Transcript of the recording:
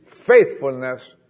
faithfulness